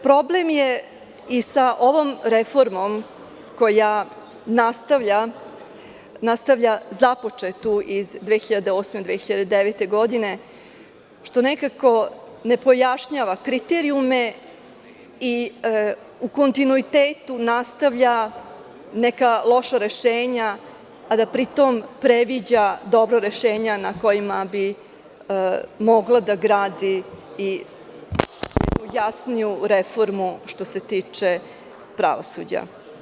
Problem je i sa ovom reformom koja nastavlja započetu iz 2008. i 2009. godine, što nekako ne pojašnjava kriterijume i u kontinuitetu nastavlja neka loša rešenja, a da pri tom previđa dobra rešenja na kojima bi mogla da gradi i jednu jasniju reformu, što se tiče pravosuđa.